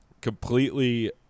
completely